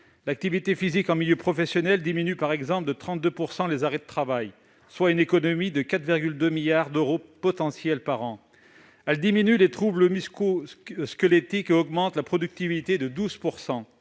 l'activité physique en milieu professionnel diminue de 32 % les arrêts de travail, soit une économie potentielle de 4,2 milliards d'euros par an. Elle diminue les troubles musculo-squelettiques et augmente la productivité de 12 %.